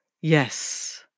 Yes